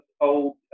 old